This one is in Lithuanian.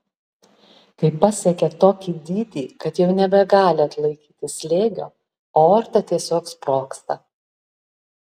kai pasiekia tokį dydį kad jau nebegali atlaikyti slėgio aorta tiesiog sprogsta